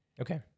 Okay